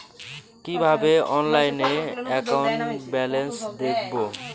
কিভাবে অনলাইনে account balance দেখবো?